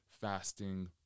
fasting